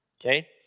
Okay